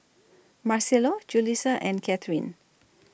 Marcelo Julisa and Katherin